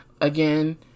again